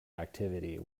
activity